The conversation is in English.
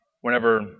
whenever